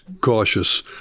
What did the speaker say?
cautious